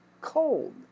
cold